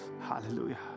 Hallelujah